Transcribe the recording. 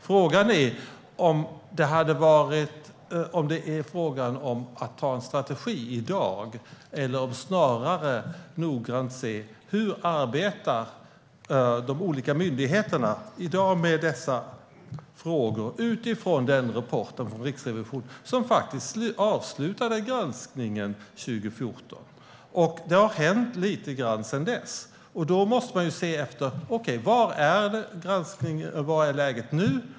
Frågan är om det handlar om att ha en strategi i dag eller snarare att noggrant se efter hur de olika myndigheterna arbetar med dessa frågor i dag utifrån den rapport från Riksrevisionen som faktiskt avslutade granskningen 2014. Det har hänt lite grann sedan dess, och då måste man se efter: Vad är läget nu?